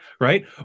right